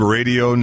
Radio